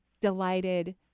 delighted